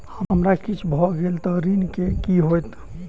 हमरा किछ भऽ गेल तऽ ऋण केँ की होइत?